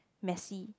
messy